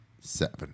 seven